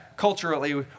culturally